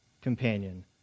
companion